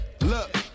look